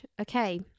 Okay